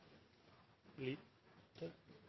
til